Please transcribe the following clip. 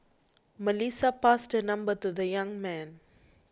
Melissa passed her number to the young man